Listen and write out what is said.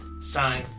sign